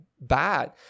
bad